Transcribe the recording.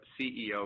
CEO